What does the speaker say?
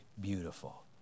beautiful